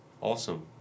Awesome